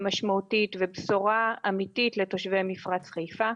משמעותית ובשורה אמיתית לתושבי מפרץ חיפה.